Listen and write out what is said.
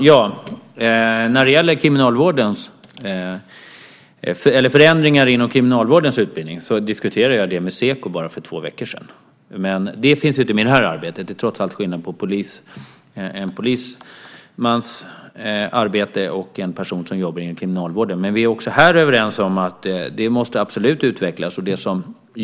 Herr talman! När det gäller förändringar inom kriminalvårdens utbildning diskuterade jag detta med Seko för bara två veckor sedan. Detta finns dock inte med i det här arbetet. Det är trots allt skillnad på en polismans arbete och en person som jobbar inom kriminalvården. Också här är vi dock överens: Detta måste absolut utvecklas.